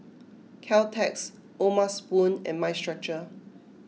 Caltex O'ma Spoon and Mind Stretcher